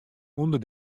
ûnder